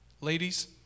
ladies